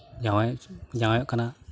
ᱡᱟᱶᱟᱭ ᱡᱟᱶᱟᱭᱚᱜ ᱠᱟᱱᱟ